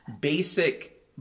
basic